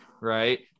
right